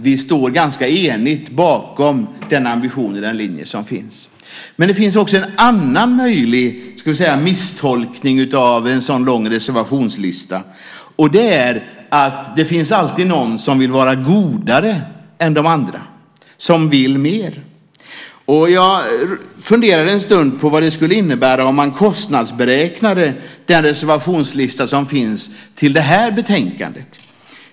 Vi står ganska enigt bakom den ambition och den linje som finns. Men det finns också en annan möjlig tolkning - kanske snarare misstolkning - av en sådan lång reservationslista, och den är att det alltid finns någon som vill vara godare än de andra, som vill mer. Jag funderade en stund på vad det skulle innebära om man kostnadsberäknade den reservationslista som finns till det här betänkandet.